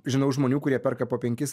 žinau žmonių kurie perka po penkis